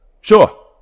Sure